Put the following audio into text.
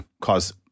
cause